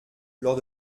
lors